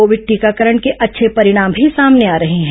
Covid टीकाकरण के अच्छे परिणाम भी सामने आ रहे हैं